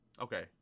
Okay